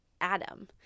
adam